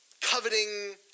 coveting